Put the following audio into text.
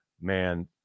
man